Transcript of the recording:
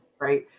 right